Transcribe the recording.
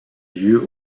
lieu